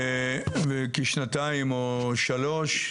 כשנתיים או שלוש,